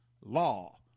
law